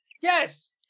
Yes